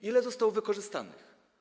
Ile zostało wykorzystanych?